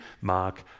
Mark